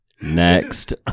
next